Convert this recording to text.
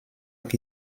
qui